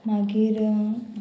मागीर